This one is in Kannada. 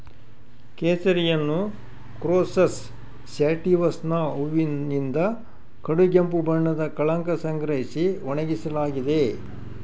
ಕೇಸರಿಯನ್ನುಕ್ರೋಕಸ್ ಸ್ಯಾಟಿವಸ್ನ ಹೂವಿನಿಂದ ಕಡುಗೆಂಪು ಬಣ್ಣದ ಕಳಂಕ ಸಂಗ್ರಹಿಸಿ ಒಣಗಿಸಲಾಗಿದೆ